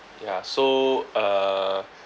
ya so uh